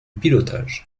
pilotage